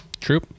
True